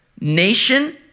nation